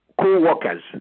co-workers